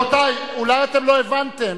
רבותי, אולי אתם לא הבנתם.